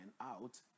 out